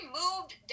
moved